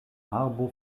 arbo